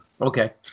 Okay